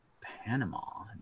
Panama